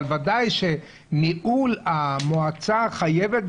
אבל בוודאי ניהול המועצה חייב להיעשות,